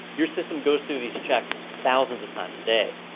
your system goes through these checks thousands of times a day,